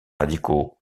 radicaux